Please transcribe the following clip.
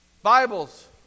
Bibles